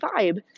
vibe